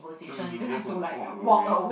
mm you just walk away